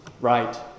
Right